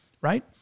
right